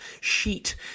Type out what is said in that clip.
sheet